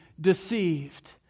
deceived